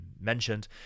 mentioned